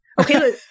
okay